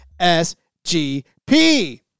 sgp